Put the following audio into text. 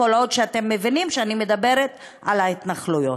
כל עוד אתם מבינים שאני מדברת על ההתנחלויות.